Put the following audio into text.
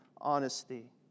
honesty